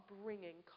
bringing